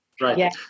right